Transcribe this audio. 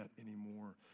anymore